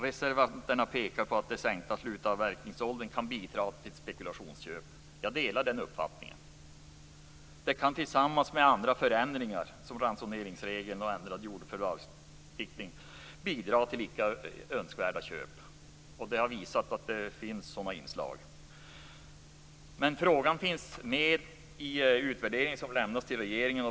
Reservanterna pekar på att den sänkta slutavverkningsåldern kan bidra till spekulationsköp. Jag delar den uppfattningen. Det kan tillsammans med andra förändringar, som ransoneringsregeln och ändrad jordförvärvslagstiftning, bidra till icke önskvärda köp. Det har visat sig att det finns sådana inslag. Frågan finns med i den utvärdering som lämnas till regeringen.